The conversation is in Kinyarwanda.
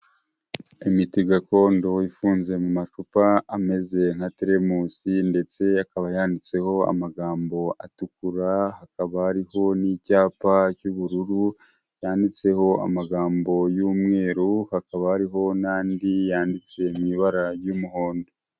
Imiti gakondo ifunze mu macupa ameze nka teremusi ndetse akaba yanditseho amagambo atukura, hakaba harihoho n'icyapa cy'ubururu cyanditseho amagambo y'umweru hakaba ariho n'andi yanditse mu ibara ry'umuhondo.